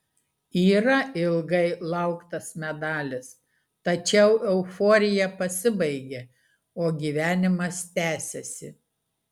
yra ilgai lauktas medalis tačiau euforija pasibaigia o gyvenimas tęsiasi